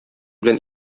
белән